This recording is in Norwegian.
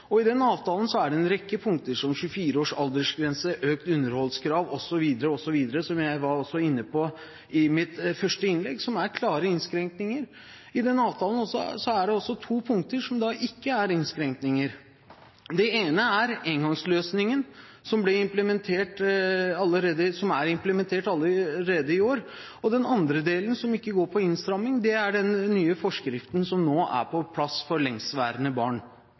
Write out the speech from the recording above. integrering. I den avtalen er det en rekke punkter, som 24-års aldersgrense, økt underholdskrav osv. – som jeg også var inne på i mitt første innlegg – som er klare innskrenkninger. I avtalen er det også to punkter som ikke er innskrenkninger. Det ene er engangsløsningen, som er implementert allerede i år. Det andre punktet, som ikke handler om innstramming, er den nye forskriften om lengeværende barn, som nå er på plass. Grunnen til at man i det hele tatt var nødt til å finne en løsning på dette med lengeværende barn,